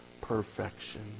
perfection